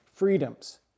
freedoms